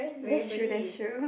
that's true that's true